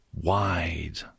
wide